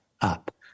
up